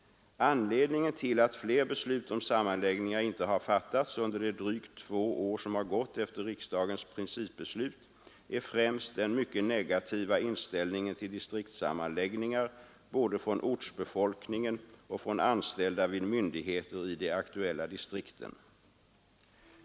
Anledningen till att fler beslut om sammanläggningar inte har fattats under de drygt två år som har gått efter riksdagens principbeslut är främst den mycket negativa inställningen till distriktssammanläggningar både från ortsbefolkningen och från anställda vid myndigheter i de aktuella distrikten.